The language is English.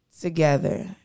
together